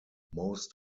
most